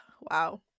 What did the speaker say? wow